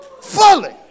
fully